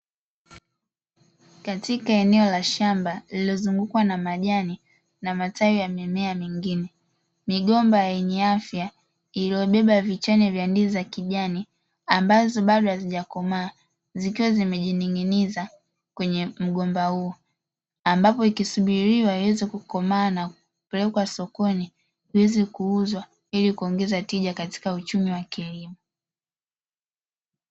Katika eneo la shamba lililozungukwa na majani na matawi ya majani mengine migomba yenye afya iliyobeba vichane vya ndizi za kijani ambazo bado hazijakomaa, zikiwa zimejining’iniza kwenye mgomba huo ambapo ikisubiriwa iweze kukomaa na kupelekwa sokoni iweze kuuzwa ili kuongeza tija katika uchumi wa kilimo.